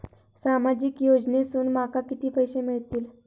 सामाजिक योजनेसून माका किती पैशे मिळतीत?